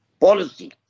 policy